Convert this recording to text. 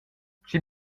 schi